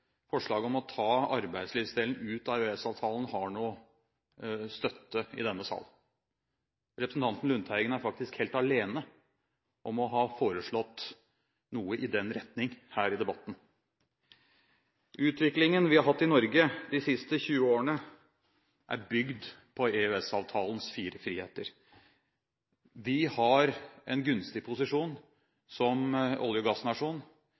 forslaget om å ta arbeidslivsdelen ut av EØS-avtalen har noen støtte i denne sal. Representanten Lundteigen er faktisk helt alene om å ha foreslått noe i den retning her i debatten. Utviklingen vi har hatt i Norge de siste 20 årene, er bygd på EØS-avtalens fire friheter. Vi har en gunstig posisjon som olje- og gassnasjon,